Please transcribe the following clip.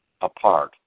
apart